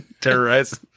terrorizing